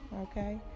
okay